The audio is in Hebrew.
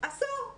אסור.